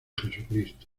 jesucristo